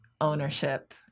ownership